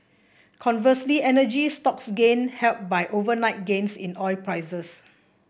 conversely energy stocks gained helped by overnight gains in oil prices